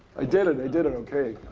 i did it. i did it. ok,